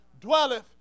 dwelleth